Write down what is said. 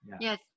yes